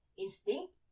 Instinct